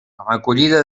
recollida